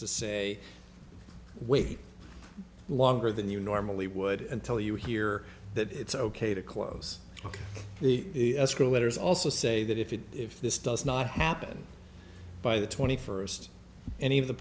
to say wait longer than you normally would until you hear that it's ok to close the school letters also say that if you if this does not happen by the twenty first any of the